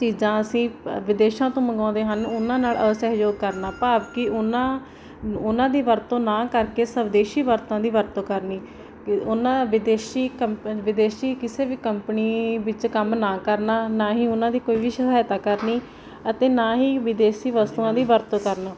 ਚੀਜ਼ਾਂ ਅਸੀਂ ਵਿਦੇਸ਼ਾਂ ਤੋਂ ਮੰਗਾਉਂਦੇ ਹਨ ਉਹਨਾਂ ਨਾਲ ਅਸਹਿਯੋਗ ਕਰਨਾ ਭਾਵ ਕਿ ਉਹਨਾਂ ਉਹਨਾਂ ਦੀ ਵਰਤੋਂ ਨਾ ਕਰਕੇ ਸਵਦੇਸ਼ੀ ਵਰਤਾ ਦੀ ਵਰਤੋਂ ਕਰਨੀ ਉਹਨਾਂ ਵਿਦੇਸ਼ੀ ਕੰਪ ਵਿਦੇਸ਼ੀ ਕਿਸੇ ਵੀ ਕੰਪਨੀ ਵਿੱਚ ਕੰਮ ਨਾ ਕਰਨਾ ਨਾ ਹੀ ਉਹਨਾਂ ਦੀ ਕੋਈ ਵੀ ਸਹਾਇਤਾ ਕਰਨੀ ਅਤੇ ਨਾ ਹੀ ਵਿਦੇਸੀ ਵਸਤੂਆਂ ਦੀ ਵਰਤੋਂ ਕਰਨਾ